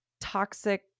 toxic